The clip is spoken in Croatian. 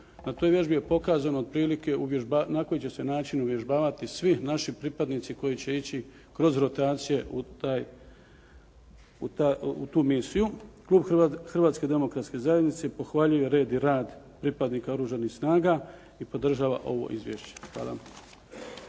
na toj vježbi je pokazano na koji će se način uvježbavati svi naši pripadnici koji će ići kroz rotacije u tu misiju. Klub Hrvatske demokratske zajednice pohvaljuje red i rad pripadnika oružanih snaga i podržava ovo izvješće.